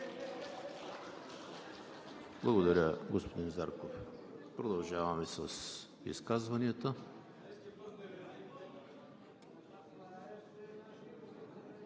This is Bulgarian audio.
Благодаря, господин Зарков. Продължаваме с изказванията.